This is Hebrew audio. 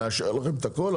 נאשר לכם את הכל,